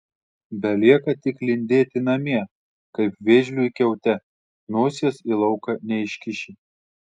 belieka tik lindėti namie kaip vėžliui kiaute nosies į lauką neiškiši